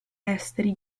esteri